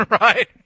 Right